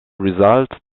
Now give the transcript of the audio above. result